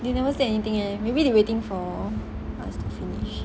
they never say anything leh maybe they waiting for us to finish